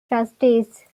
trustees